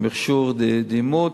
ומכשור דימות.